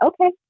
okay